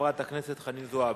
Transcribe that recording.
חברת הכנסת חנין זועבי.